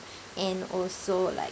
and also like